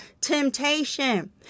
temptation